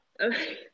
okay